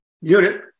unit